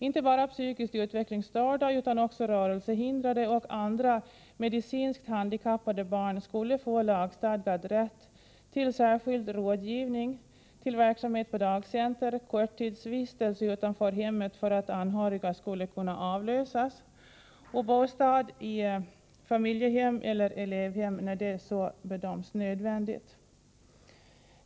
Inte bara psykiskt utvecklingsstörda utan också rörelsehindrade och andra, medicinskt handikappade barn skulle få lagstadgad rätt till särskild rådgivning, verksamhet på dagcenter, korttidsvistelse utanför hemmet för att anhöriga skall kunna avlösas och bostad i familjehem eller elevhem när det bedöms nödvändigt.